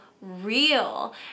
real